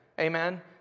amen